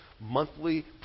monthly